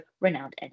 renowned